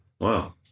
Wow